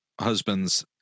husbands